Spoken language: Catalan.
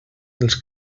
dels